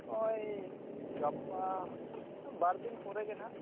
ᱦᱚᱜᱼᱚᱭ ᱜᱟᱯᱟ ᱵᱟᱨᱫᱤᱱ ᱯᱚᱨᱮ ᱜᱮ ᱱᱟᱦᱟᱜ